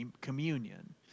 communion